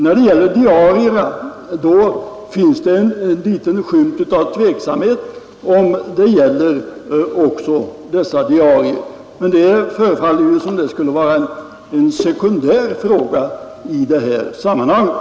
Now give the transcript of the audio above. När det gäller diarierna finns det en liten skymt av tveksamhet, men det förefaller som om detta skulle vara en sekundär fråga i det här sammanhanget.